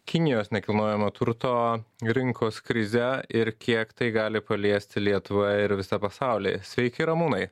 kinijos nekilnojamo turto rinkos krizę ir kiek tai gali paliesti lietuvą ir visą pasaulį sveiki ramūnai